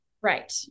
Right